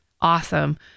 awesome